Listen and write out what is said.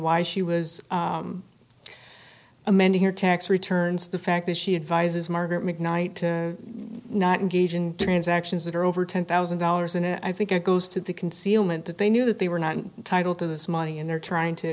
why she was amending her tax returns the fact that she advises margaret mcknight to not engage in transactions that are over ten thousand dollars and i think it goes to the concealment that they knew that they were not entitle to this money and they're trying to